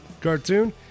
cartoon